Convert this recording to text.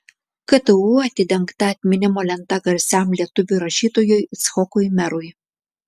ktu atidengta atminimo lenta garsiam lietuvių rašytojui icchokui merui